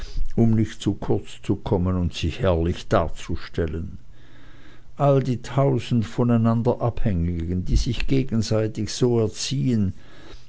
um nicht zu kurz zu kommen und sich herrlich darzustellen alle die tausend voneinander abhängigen die sich gegenseitig so erziehen